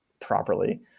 properly